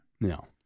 No